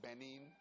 Benin